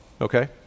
okay